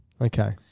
Okay